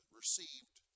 received